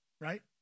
right